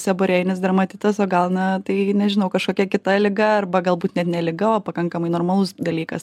seborėjinis dermatitas o gal na tai nežinau kažkokia kita liga arba galbūt net ne liga o pakankamai normalus dalykas